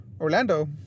Orlando